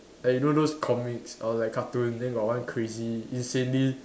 like you know those comics or like cartoon then got one crazy insanely